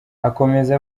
akomeza